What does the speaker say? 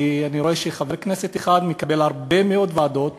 כי אני רואה שחבר כנסת אחד מקבל הרבה מאוד ועדות